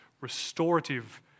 restorative